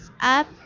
up